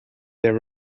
there